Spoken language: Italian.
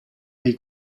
dei